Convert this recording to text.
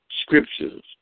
scriptures